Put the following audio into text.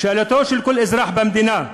שאלתו של כל אזרח במדינה: